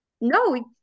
no